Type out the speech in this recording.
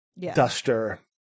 duster